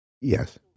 Yes